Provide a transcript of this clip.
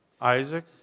Isaac